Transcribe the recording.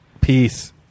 Peace